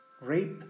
rape